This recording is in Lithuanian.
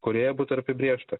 kurioje būtų ir apibrėžta